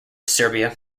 serbia